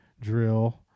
drill